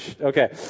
Okay